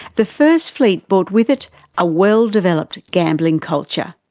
the first fleet brought with it a well-developed gambling culture.